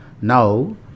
Now